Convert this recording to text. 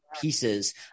pieces